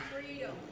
Freedom